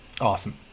awesome